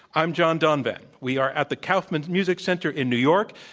i'm john donvan. we are at the kaufmann music center in new york.